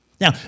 Now